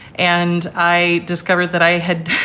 and i discovered that i had